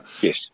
Yes